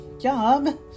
job